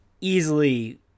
easily